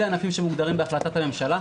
אלה הענפים שמוגדרים בהחלטת הממשלה.